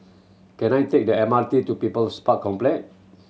can I take the M R T to People's Park Complex